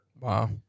Wow